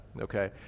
okay